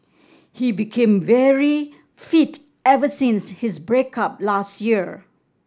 he became very fit ever since his break up last year